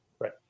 Right